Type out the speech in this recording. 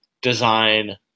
design